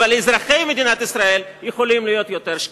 אבל אזרחי מדינת ישראל יכולים להיות שקטים.